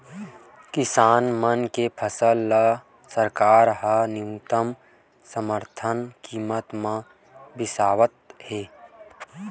किसान मन के फसल ल सरकार ह न्यूनतम समरथन कीमत म बिसावत हे